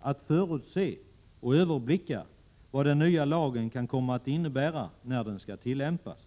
att förutse och överblicka vad den nya lagen kan komma att innebära när den skall tillämpas.